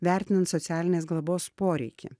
vertinant socialinės globos poreikį